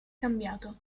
cambiato